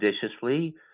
judiciously